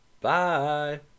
Bye